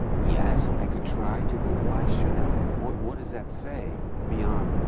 yes, i could try to but why should i? what what does that say beyond,